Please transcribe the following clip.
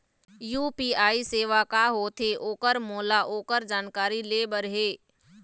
UPI सेवा का होथे ओकर मोला ओकर जानकारी ले बर हे?